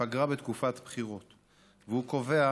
לקריאה ראשונה.